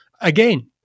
again